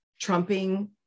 trumping